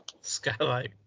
Skylight